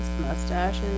mustaches